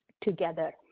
together